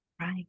Right